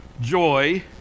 joy